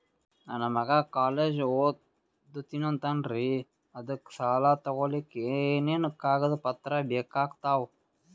ನನ್ನ ಮಗ ಕಾಲೇಜ್ ಓದತಿನಿಂತಾನ್ರಿ ಅದಕ ಸಾಲಾ ತೊಗೊಲಿಕ ಎನೆನ ಕಾಗದ ಪತ್ರ ಬೇಕಾಗ್ತಾವು?